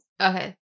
okay